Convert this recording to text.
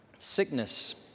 sickness